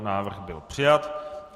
Návrh byl přijat.